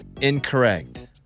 Incorrect